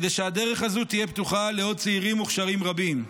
כדי שהדרך הזו תהיה פתוחה לעוד צעירים מוכשרים רבים.